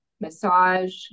massage